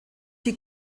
die